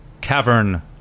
cavern